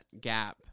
gap